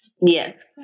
Yes